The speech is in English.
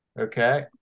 Okay